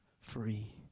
free